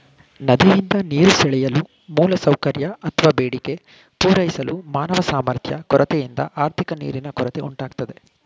ನದಿಯಿಂದ ನೀರು ಸೆಳೆಯಲು ಮೂಲಸೌಕರ್ಯ ಅತ್ವ ಬೇಡಿಕೆ ಪೂರೈಸಲು ಮಾನವ ಸಾಮರ್ಥ್ಯ ಕೊರತೆಯಿಂದ ಆರ್ಥಿಕ ನೀರಿನ ಕೊರತೆ ಉಂಟಾಗ್ತದೆ